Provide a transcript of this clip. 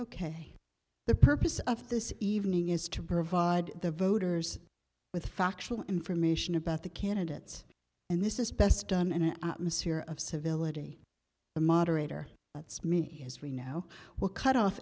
k the purpose of this evening is to provide the voters with factual information about the candidates and this is best done in an atmosphere of civility the moderator that's me as we now will cut off